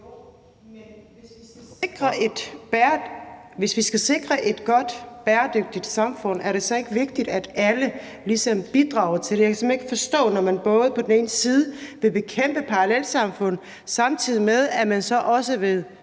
Hvis vi skal sikre et godt, bæredygtigt samfund, er det så ikke vigtigt, at alle ligesom bidrager til det? Jeg kan simpelt hen ikke forstå, at man vil bekæmpe parallelsamfund, samtidig med at man vil